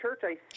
church